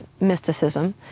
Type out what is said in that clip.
mysticism